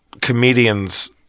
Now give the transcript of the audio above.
comedians